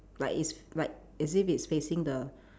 like it's like as if it's facing the